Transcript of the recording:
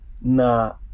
Na